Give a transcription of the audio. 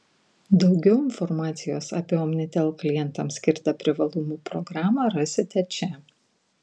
daugiau informacijos apie omnitel klientams skirtą privalumų programą rasite čia